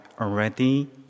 already